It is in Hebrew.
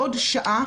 בעוד שעה,